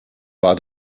war